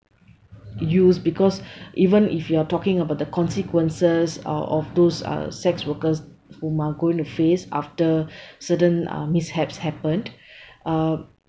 use because even if you are talking about the consequences uh of those uh sex workers whom are going to face after certain uh mishaps happened uh